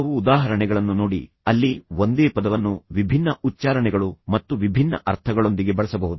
ಕೆಲವು ಉದಾಹರಣೆಗಳನ್ನು ನೋಡಿ ಅಲ್ಲಿ ಒಂದೇ ಪದವನ್ನು ವಿಭಿನ್ನ ಉಚ್ಚಾರಣೆಗಳು ಮತ್ತು ವಿಭಿನ್ನ ಅರ್ಥಗಳೊಂದಿಗೆ ಬಳಸಬಹುದು